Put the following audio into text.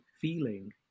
feeling